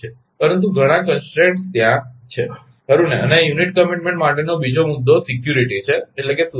પરંતુ ઘણા અવરોધો ત્યાં પણ છે ખરુ ને અને યુનિટ કમીટમેન્ટ માટેનો બીજો મુદ્દો સુરક્ષા છે